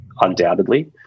undoubtedly